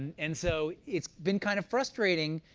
and so it's been kind of frustrating,